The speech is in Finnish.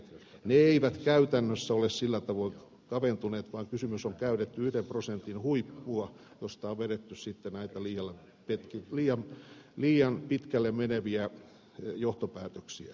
ne eivät käytännössä ole sillä tavoin kaventuneet vaan kysymys on siitä että on käytetty yhden prosentin huippua josta on sitten vedetty näitä liian pitkälle meneviä johtopäätöksiä